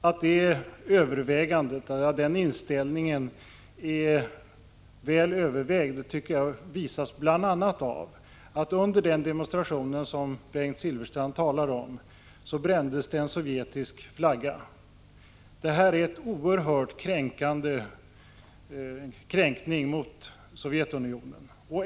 Att den inställningen är väl övervägd tycker jag visas bl.a. av att man brände upp en sovjetisk flagga under den demonstration som Bengt Silfverstrand talade om. Detta är en oerhörd kränkning av Sovjetunionen.